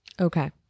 Okay